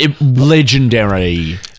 legendary